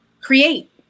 create